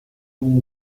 que